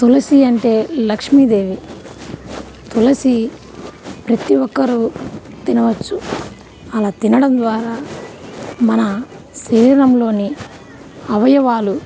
తులసి అంటే లక్ష్మీదేవి తులసి ప్రతి ఒక్కరు తినవచ్చు అలా తినడం ద్వారా మన శరీరంలోని అవయవాలు